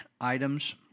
items